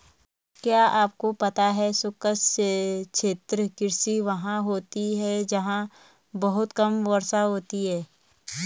क्या आपको पता है शुष्क क्षेत्र कृषि वहाँ होती है जहाँ बहुत कम वर्षा होती है?